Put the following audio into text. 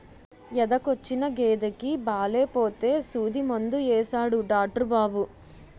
ఎదకొచ్చిన గేదెకి బాలేపోతే సూదిమందు యేసాడు డాట్రు బాబు